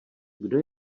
kdo